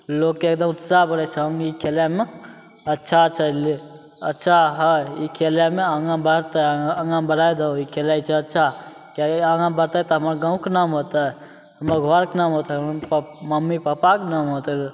लोकके एगदम उत्साह बढै छै हम ई खेलेमे अच्छा छै अच्छा हइ ई खेलेमे आगाँ बढ़तै आगाँ बढे दहो ई खेलै छै अच्छा किएकि आगाँ बढ़तै तब हमरा गाँवके नाम होतै हमरा घरके नाम होतै हमरा पापा मम्मी पापा शके नाम होतै